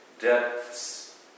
depths